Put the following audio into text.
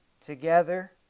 together